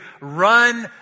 run